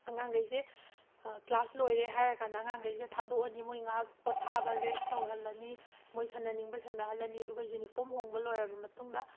ꯑꯉꯥꯡꯈꯩꯁꯦ class ꯂꯣꯏꯔꯦ ꯍꯥꯏꯔꯀꯥꯟꯗ ꯑꯉꯥꯡꯈꯩꯁꯦ ꯊꯥꯗꯣꯛꯑꯅꯤ ꯃꯣꯏ ꯉꯥꯏꯍꯥꯛ ꯄꯣꯠꯊꯥꯕ ꯔꯦꯁ ꯇꯧꯍꯜꯂꯅꯤ ꯃꯣꯏ ꯁꯥꯟꯅꯅꯤꯡꯕ ꯁꯥꯟꯅꯍꯜꯂꯅꯤ ꯑꯗꯨꯒ ꯌꯨꯅꯤꯐꯣꯝ ꯍꯣꯡꯕ ꯂꯣꯏꯔꯕ ꯃꯇꯨꯡꯗ